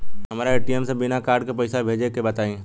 हमरा ए.टी.एम से बिना कार्ड के पईसा भेजे के बताई?